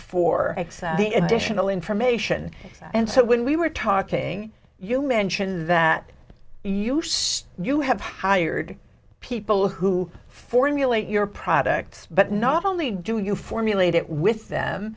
the additional information and so when we were talking you mentioned that you use you have hired people who formulate your products but not only do you formulate it with them